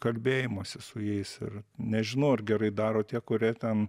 kalbėjimosi su jais ir nežinau ar gerai daro tie kurie ten